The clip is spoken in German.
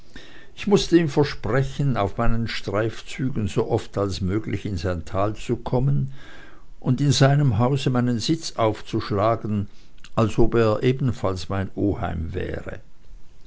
ich mußte ihm versprechen auf meinen streifzügen so oft als möglich in sein tal zu kommen und in seinem hause meinen sitz aufzuschlagen als ob er ebenfalls mein oheim wäre